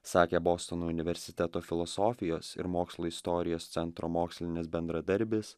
sakė bostono universiteto filosofijos ir mokslo istorijos centro mokslinis bendradarbis